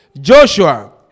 Joshua